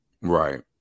Right